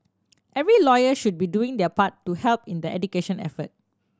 every lawyer should be doing their part to help in the education effort